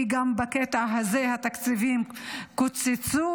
כי גם בקטע הזה התקציבים קוצצו,